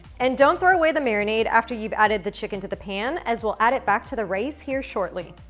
and don't throw away the marinade after you've added the chicken to the pan as we'll add it back to the rice here shortly.